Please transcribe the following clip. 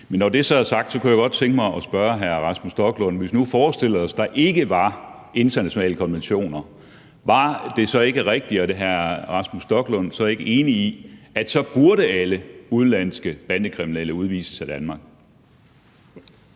Men når det så er sagt, kunne jeg godt tænke mig at spørge hr. Rasmus Stoklund: Hvis vi nu forestillede os, at der ikke var internationale konventioner, var det så ikke rigtigt og er hr. Rasmus Stoklund ikke enig i, at alle udenlandske bandekriminelle så burde udvises af Danmark?